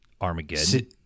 Armageddon